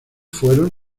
fueron